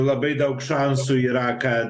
labai daug šansų yra kad